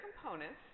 components